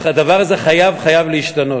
והדבר הזה חייב להשתנות.